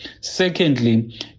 Secondly